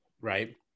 right